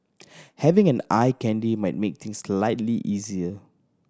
having an eye candy might make things slightly easier